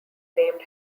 named